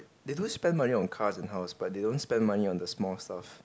the don't spend money on cars and house but they only spend on the small stuff